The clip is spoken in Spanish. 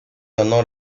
honor